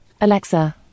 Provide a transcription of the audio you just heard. Alexa